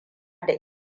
da